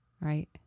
right